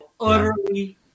utterly